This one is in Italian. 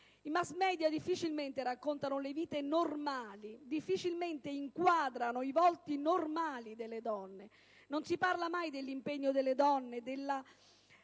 I *mass media* difficilmente raccontano le vite normali, difficilmente inquadrano i volti normali delle donne. Non si parla mai dell'impegno delle donne, dell'azione